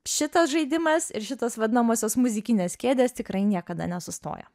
šitas žaidimas ir šitas vadinamosios muzikinės kėdės tikrai niekada nesustoja